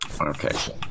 Okay